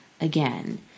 again